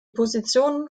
positionen